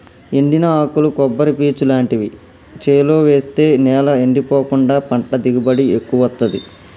ఎండిన ఆకులు కొబ్బరి పీచు లాంటివి చేలో వేస్తె నేల ఎండిపోకుండా పంట దిగుబడి ఎక్కువొత్తదీ